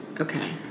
Okay